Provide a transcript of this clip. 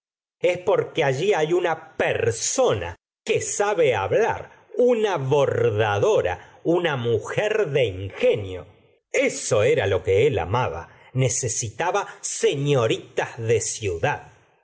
es porque allí hay una persona que sabe hablar una bordadora una mujer de ingenio eso era lo que él amaba necesitaba señoritas de ciudad